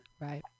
Right